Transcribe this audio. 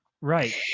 Right